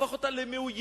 הפך אותה למאוימת,